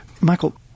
Michael